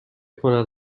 کند